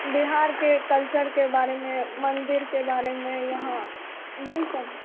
बिहार के कल्चर के बारे में मंदिर के बारे में यहाँ यही सब